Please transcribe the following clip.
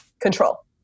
control